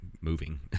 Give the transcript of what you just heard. moving